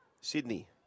Sydney